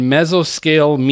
Mesoscale